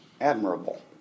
admirable